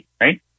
right